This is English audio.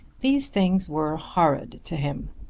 these things were horrid to him.